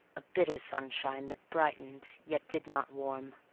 a bitter sunshine that brightened yet did not warm.